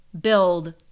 build